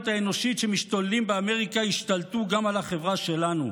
האנושית שמשתוללים באמריקה ישתלטו גם על החברה שלנו.